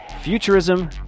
futurism